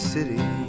City